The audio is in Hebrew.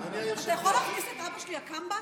אתה יכול להכניס את אבא שלי הקמב"ץ?